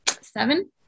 seven